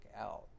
out